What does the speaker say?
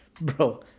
bro